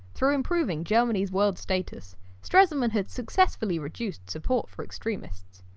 through improving germany's world status stresemann had successfully reduced support for extremists.